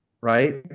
right